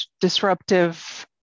disruptive